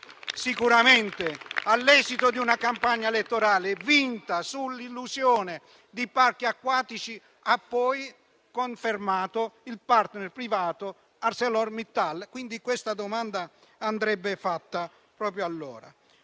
sicuramente, all'esito di una campagna elettorale vinta sull'illusione di parchi acquatici, ha poi confermato il *partner* privato ArcelorMittal, quindi questa domanda andrebbe fatta proprio a loro.